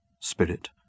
spirit